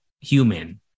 human